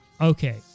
Okay